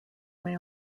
may